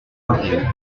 opaques